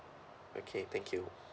okay thank you